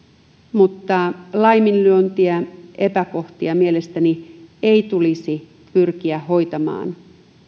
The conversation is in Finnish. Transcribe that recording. mutta laiminlyöntejä ja epäkohtia ei mielestäni tulisi pyrkiä hoitamaan